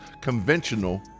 conventional